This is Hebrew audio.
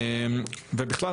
בכלל,